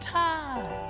time